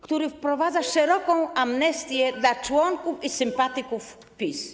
który wprowadza szeroką amnestię dla członków i sympatyków PiS?